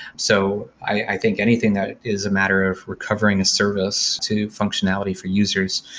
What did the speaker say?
so i think anything that is a matter of recovering a service to functionality for users